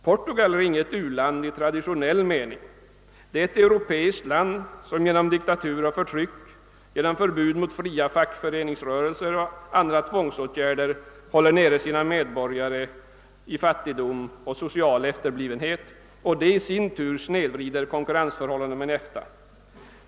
Portugal är inget u-land i traditionell mening — det är ett europeiskt land som genom diktatur och förtryck, genom förbud mot en fri fackföreningsrörelse och genom andra tvångsåtgärder håller nere sina medborgare i fattigdom och social efterblivenhet, vilket i sin tur snedvrider konkurrensförhållandena inom EFTA.